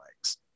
legs